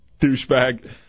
douchebag